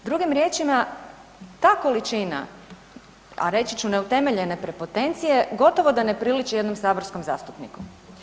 Drugim riječima, ta količina a reći ću neutemeljene prepotencije, gotovo da ne priliči jednom saborskom zastupniku.